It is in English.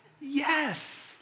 Yes